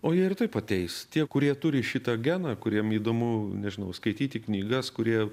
o jie ir taip ateis tie kurie turi šitą geną kuriem įdomu nežinau skaityti knygas kurie